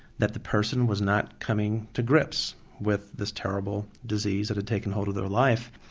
that the person was not coming to grips with this terrible disease that had taken hold of their life.